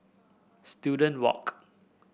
Student Walk